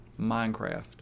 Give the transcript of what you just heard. Minecraft